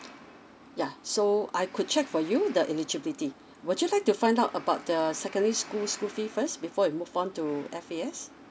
yeah so I could check for you the eligibility would you like to find out about the secondary school school fee first before we move on to F_A_S